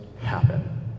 happen